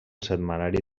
setmanari